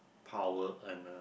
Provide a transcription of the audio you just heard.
power earner